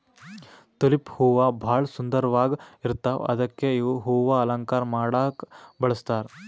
tulip ಹೂವಾ ಭಾಳ್ ಸುಂದರ್ವಾಗ್ ಇರ್ತವ್ ಅದಕ್ಕೆ ಇವ್ ಹೂವಾ ಅಲಂಕಾರ್ ಮಾಡಕ್ಕ್ ಬಳಸ್ತಾರ್